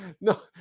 No